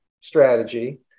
strategy